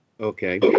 Okay